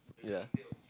ya